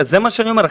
זה מה שאני אומר,